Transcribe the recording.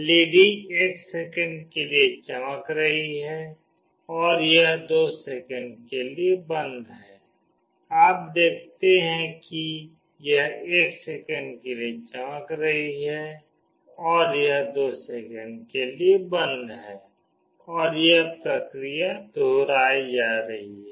LED 1 second के लिए चमक रही है और यह 2 सेकंड के लिए बंद है आप देखते हैं कि यह 1 सेकंड के लिए चमक रही है और यह 2 सेकंड के लिए बंद है और यह प्रक्रिया दोहरा रही है